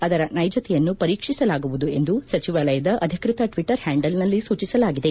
ಅದರ ನೈಜತೆಯನ್ನು ಪರೀಕ್ಷಿಸಲಾಗುವುದು ಎಂದು ಸಚಿವಾಲಯದ ಅಧಿಕೃತ ಟ್ಲಿಟರ್ ಹ್ಯಾಂಡಲ್ನಲ್ಲಿ ಸೂಚಿಸಲಾಗಿದೆ